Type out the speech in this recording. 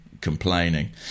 complaining